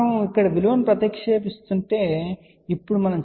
మనము ఇక్కడ విలువను ప్రతిక్షేపిస్తున్నామని మీరు చెప్పవచ్చు